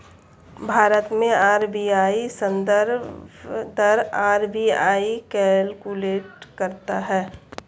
भारत में आर.बी.आई संदर्भ दर आर.बी.आई कैलकुलेट करता है